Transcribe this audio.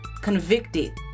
convicted